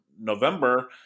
November